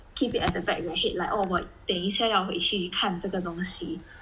keep it at the back of your head like oh 我等一下要回去看这个东西